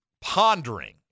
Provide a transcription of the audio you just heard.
pondering